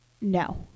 no